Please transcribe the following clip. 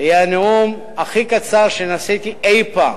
זה יהיה הנאום הכי קצר שנשאתי אי-פעם.